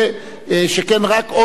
שכן רק עוד חבר כנסת אחד,